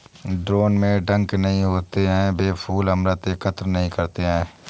drone में डंक नहीं होते हैं, वे फूल अमृत एकत्र नहीं करते हैं